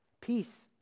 peace